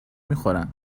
میخورن